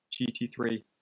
GT3